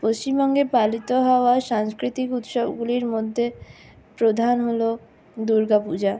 পশ্চিমবঙ্গে পালিত হওয়া সাংস্কৃতিক উৎসবগুলির মধ্যে প্রধান হল দুর্গাপূজা